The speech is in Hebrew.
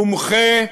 מומחה,